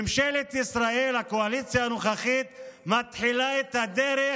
ממשלת ישראל, הקואליציה הנוכחית, מתחילה את הדרך